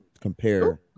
compare